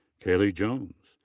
caylie jones.